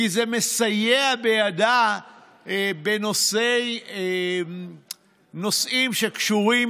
כי זה מסייע בידה בנושאים שקשורים,